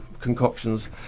concoctions